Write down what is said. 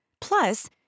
Plus